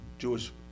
Jewish